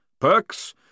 Perks